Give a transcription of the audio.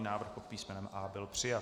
Návrh pod písmenem A byl přijat.